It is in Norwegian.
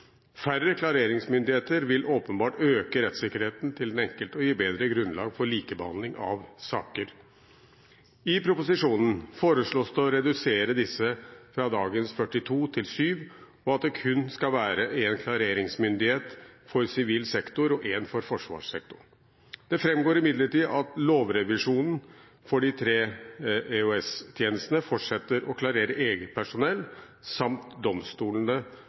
Færre klareringsmyndigheter vil åpenbart øke rettssikkerheten til den enkelte og gi bedre grunnlag for likebehandling av saker. I proposisjonen foreslås det å redusere disse fra dagens 42 til 7, og at det kun skal være én klareringsmyndighet for sivil sektor og én for forsvarssektoren. Det framgår imidlertid av lovrevisjonen at de tre EOS-tjenestene fortsetter å klarere eget personell, samt at domstolene